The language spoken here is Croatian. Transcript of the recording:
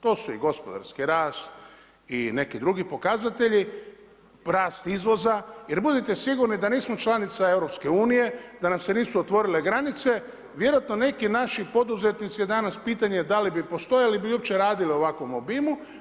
To su i gospodarski rast, i neki drugi pokazatelji, rast izvoza, jer budite sigurni da nismo članica Europske unije, da nam se nisu otvorile granice vjerojatno neki naši poduzetnici danas je pitanje da li bi postojali ili bi uopće radili u ovakvom obimu.